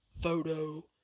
photo